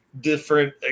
different